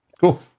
Cool